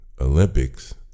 Olympics